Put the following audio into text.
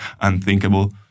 unthinkable